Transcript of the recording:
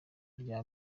rya